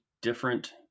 different